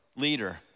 leader